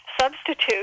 substitute